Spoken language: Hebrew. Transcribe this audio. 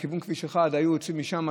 לכיוון כביש 1. היו יוצאים משם,